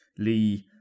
Lee